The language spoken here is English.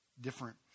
different